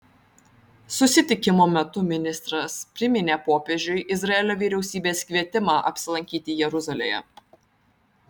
susitikimo metu ministras priminė popiežiui izraelio vyriausybės kvietimą apsilankyti jeruzalėje